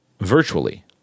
Virtually